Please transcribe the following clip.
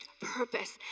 purpose